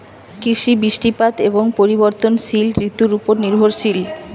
কৃষি বৃষ্টিপাত এবং পরিবর্তনশীল ঋতুর উপর নির্ভরশীল